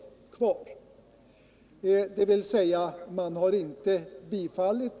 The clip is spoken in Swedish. Kraven på att slippa ett sådant här villkor har alltså inte bifallits.